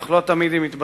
אך לא תמיד היא מתבצעת,